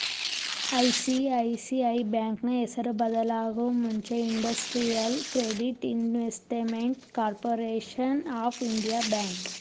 ICICI ಬ್ಯಾಂಕ್ನ ಹೆಸರು ಬದಲಾಗೂ ಮುಂಚೆ industrial credit investment corporation of India bank